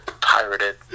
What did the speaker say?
pirated